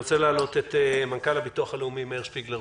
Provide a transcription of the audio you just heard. אני רוצה להעלות את מנכ"ל הביטוח הלאומי מאיר שפיגלר,